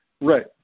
Right